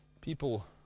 people